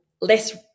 less